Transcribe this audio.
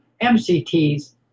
MCTs